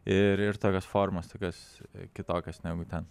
ir ir tokios formos tokios kitokios negu ten